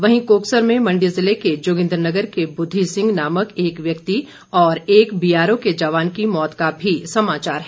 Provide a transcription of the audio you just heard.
वहीं कोकसर में मंडी ज़िले के जोगिन्द्रनगर के बुद्धि सिंह नामक एक व्यक्ति और एक बीआरओ के जवान की मौत का भी समाचार है